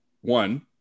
one